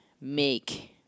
make